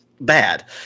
bad